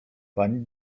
pani